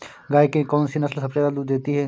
गाय की कौनसी नस्ल सबसे ज्यादा दूध देती है?